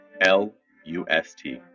L-U-S-T